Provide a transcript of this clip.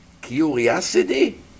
Curiosity